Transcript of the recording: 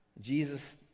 Jesus